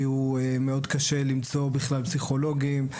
הוא מאוד קשה למצוא בכלל פסיכולוגים,